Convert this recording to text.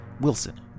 Wilson